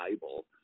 Bible